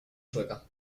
sueca